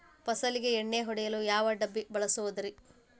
ಫಸಲಿಗೆ ಎಣ್ಣೆ ಹೊಡೆಯಲು ಯಾವ ಡಬ್ಬಿ ಬಳಸುವುದರಿ?